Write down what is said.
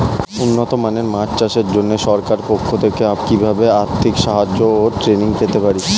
উন্নত মানের মাছ চাষের জন্য সরকার পক্ষ থেকে কিভাবে আর্থিক সাহায্য ও ট্রেনিং পেতে পারি?